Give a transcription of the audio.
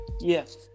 Yes